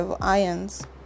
ions